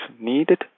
needed